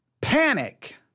Panic